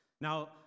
Now